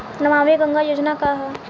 नमामि गंगा योजना का ह?